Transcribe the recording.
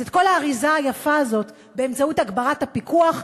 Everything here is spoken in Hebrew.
אז את כל האריזה היפה הזאת באמצעות הגברת הפיקוח,